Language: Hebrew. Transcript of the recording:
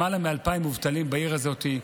למעלה מ-2,000 מובטלים בעיר הזאת.